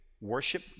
worship